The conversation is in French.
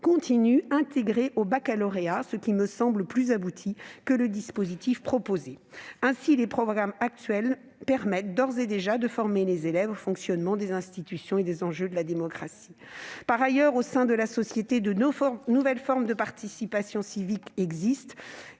continu intégré au baccalauréat, ce qui me semble plus abouti que le dispositif proposé. Ainsi, les programmes actuels permettent d'ores et déjà de former les élèves au fonctionnement des institutions et aux enjeux de la démocratie. Par ailleurs, au sein de la société, il existe de nombreuses formes de participation civique destinées